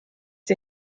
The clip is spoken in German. die